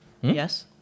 Yes